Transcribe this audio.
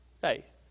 faith